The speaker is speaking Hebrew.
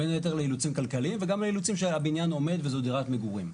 בין היתר לאילוצים כלכליים וגם לאילוצים שהבניין עומד וזו דירת מגורים.